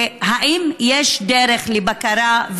האם יש דרך לבקרה,